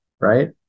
right